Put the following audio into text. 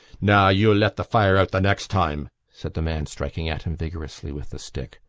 now, you'll let the fire out the next time! said the man striking at him vigorously with the stick.